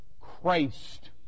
Christ